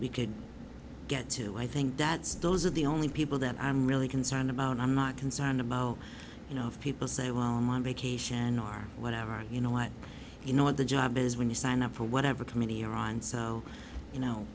we could get to i think that's those are the only people that i'm really concerned about i'm not concerned about you know people say well i'm on vacation are whatever you know what you know what the job is when you sign up for whatever committee iran so you know